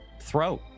throat